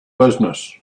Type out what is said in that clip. business